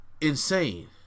insane